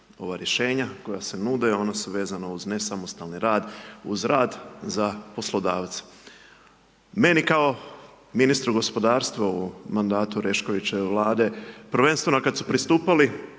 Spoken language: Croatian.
ova rješenja koja se nude, ona su vezana uz nesamostalni rad, uz rad za poslodavce. Meni kao ministru gospodarstva u mandatu Oreškovićeve vlade prvenstveno kada su pristupali